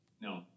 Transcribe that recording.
No